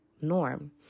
norm